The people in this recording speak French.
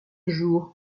jour